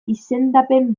izendapen